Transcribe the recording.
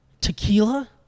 Tequila